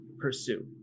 pursue